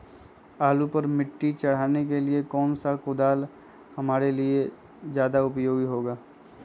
आलू पर मिट्टी चढ़ाने के लिए कौन सा कुदाल हमारे लिए ज्यादा उपयोगी होगा?